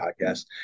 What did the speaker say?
podcast